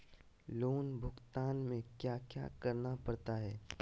loan भुगतान में क्या क्या करना पड़ता है